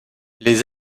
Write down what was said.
les